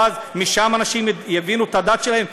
ואז משם אנשים יבינו את הדת שלהם,